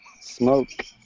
smoke